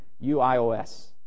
U-I-O-S